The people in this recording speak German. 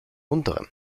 unteren